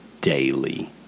daily